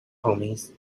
homies